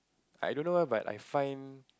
I don't know why but I find